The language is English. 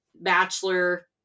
Bachelor